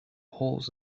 holes